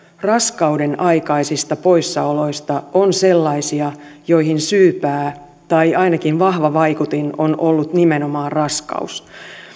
raskaudenaikaisista poissaoloista on sellaisia joihin syypää tai ainakin vahva vaikutin on ollut nimenomaan raskaus